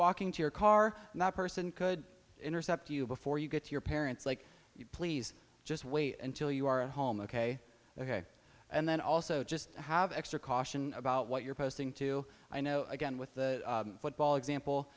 walking to your car and that person could intercept you before you get to your parents like you please just wait until you are at home ok ok and then also just have extra caution about what you're posting to i know again with the football example